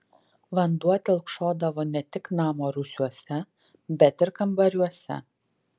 vanduo telkšodavo ne tik namo rūsiuose bet ir kambariuose